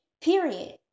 period